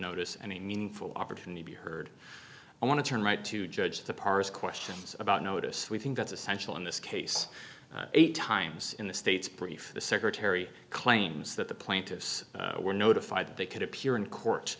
notice any meaningful opportunity be heard i want to turn right to judge the pars questions about notice we think that's essential in this case eight times in the state's brief the secretary claims that the plaintiffs were notified that they could appear in court